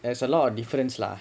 there's a lot of difference lah